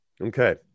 Okay